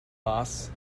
boss